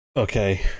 Okay